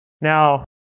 Now